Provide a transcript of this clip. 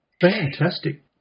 Fantastic